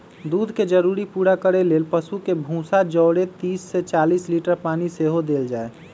दूध के जरूरी पूरा करे लेल पशु के भूसा जौरे तीस से चालीस लीटर पानी सेहो देल जाय